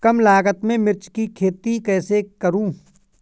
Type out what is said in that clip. कम लागत में मिर्च की खेती कैसे करूँ?